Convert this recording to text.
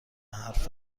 حرف